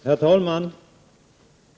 Herr talman!